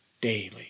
daily